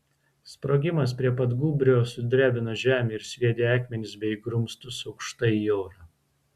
sprogimas prie pat gūbrio sudrebino žemę ir sviedė akmenis bei grumstus aukštai į orą